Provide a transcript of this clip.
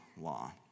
law